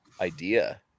idea